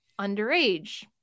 underage